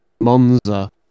Monza